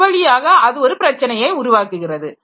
இவ்வழியாக அது ஒரு பிரச்சனையை உருவாக்குகிறது